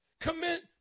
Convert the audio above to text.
commit